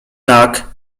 tak